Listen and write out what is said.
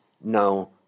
no